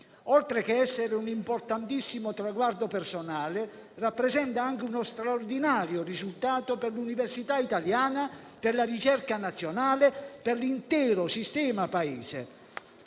Oltre che essere un importantissimo traguardo personale, rappresenta anche uno straordinario risultato per l'università italiana, per la ricerca nazionale e per l'intero sistema Paese.